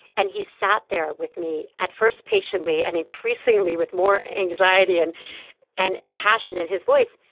and he sat there with me, at first patiently and increasingly with more anxiety and and passion in his voice.